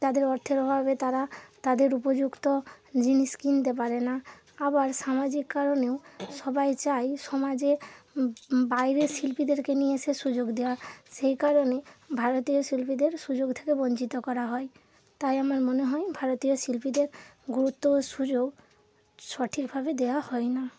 তাদের অর্থের অভাবে তারা তাদের উপযুক্ত জিনিস কিনতে পারে না আবার সামাজিক কারণেও সবাই চায় সমাজে বাইরের শিল্পীদেরকে নিয়ে এসে সুযোগ দেওয়ার সেই কারণে ভারতীয় শিল্পীদের সুযোগ থেকে বঞ্চিত করা হয় তাই আমার মনে হয় ভারতীয় শিল্পীদের গুরুত্ব ও সুযোগ সঠিকভাবে দেওয়া হয় না